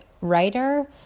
writer